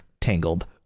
tangled